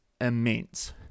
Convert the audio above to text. immense